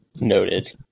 Noted